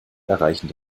erreichen